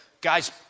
Guys